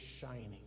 shining